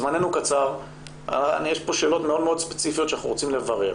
זמננו קצר ויש פה שאלות מאוד ספציפיות שאנחנו רוצים לברר: